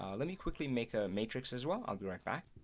um let me quickly make a matrix as well. i'll be right back.